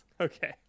Okay